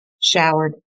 showered